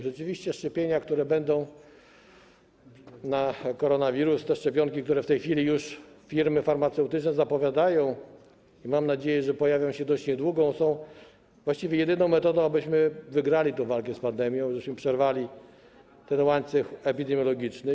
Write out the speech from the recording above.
Rzeczywiście szczepienia, które będą na koronawirusa, to szczepionki, które w tej chwili już firmy farmaceutyczne zapowiadają, mam nadzieję, że pojawią się dość niedługo, są właściwie jedyną metodą, abyśmy wygrali tę walkę z pandemią, żebyśmy przerwali ten łańcuch epidemiologiczny.